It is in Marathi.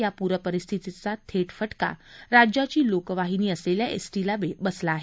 या पूरपरिस्थितीचा थट फटका राज्याची लोकवाहिनी असलेल्या एसटीला देखील बसला आहे